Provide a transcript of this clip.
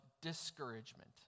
discouragement